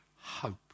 Hope